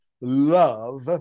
love